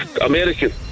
American